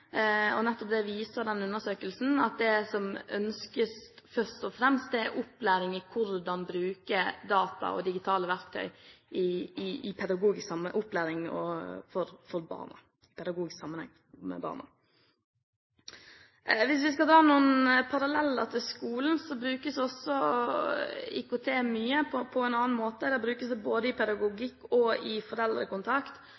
viser nettopp at det som ønskes først og fremst, er opplæring i hvordan bruke data og digitale verktøy i opplæring av barna, i pedagogisk sammenheng. Hvis vi skal dra noen paralleller til skolen, brukes også IKT mye på en annen måte. Der brukes det både i